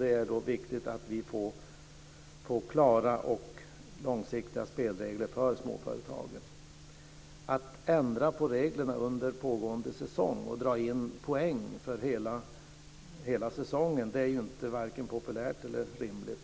Det är då viktigt att vi får klara och långsiktiga spelregler för småföretagen. Att ändra på reglerna under pågående säsong och dra in poäng för hela säsongen är varken populärt eller rimligt.